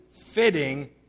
fitting